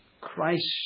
Christ